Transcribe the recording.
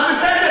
אז בסדר,